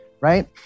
right